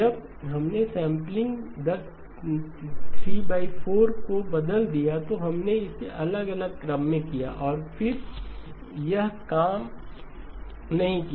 जब हमने सैंपलिंग दर 34 को बदल दिया तो हमने इसे अलग अलग क्रम में किया और यह काम नहीं किया